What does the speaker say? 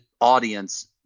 audience